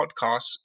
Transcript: podcasts